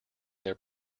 their